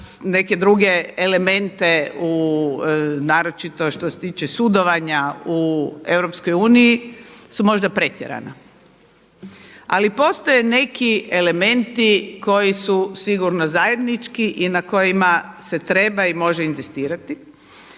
neke druge elemente naročito što se tiče sudovanja u EU su možda pretjerana. Ali postoje neki elementi koji su sigurno zajednički i na kojima se treba i može inzistirati.